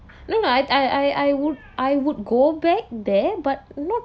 no no I I I would I would go back there but not